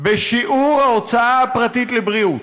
בשיעור ההוצאה הפרטית על בריאות,